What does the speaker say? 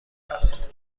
است